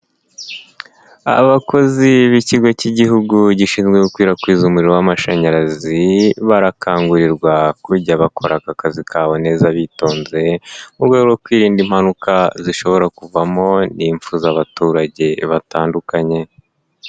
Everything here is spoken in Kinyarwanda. Abakozi b'ikigo k'igihugu gishinzwe gukwirakwiza umuriro w'amashanyarazi, barakangurirwa kujya bakora aka kazi kabo neza bitonze, mu rwego rwo kwirinda impanuka zishobora kuvamo n'impfu z'abaturage batandukanye.